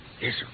Yes